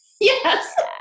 Yes